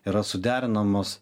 yra suderinamos